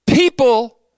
People